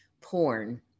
Porn